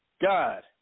God